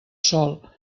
sòl